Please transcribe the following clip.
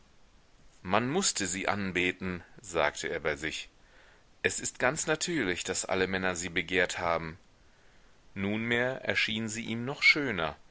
man mußte sie anbeten sagte er bei sich es ist ganz natürlich daß alle männer sie begehrt haben nunmehr erschien sie ihm noch schöner